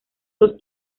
dos